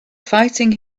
fighting